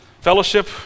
Fellowship